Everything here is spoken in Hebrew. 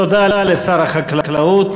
תודה לשר החקלאות.